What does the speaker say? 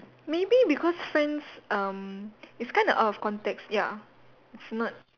maybe because friends um is kind of out of context ya it's not